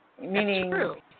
meaning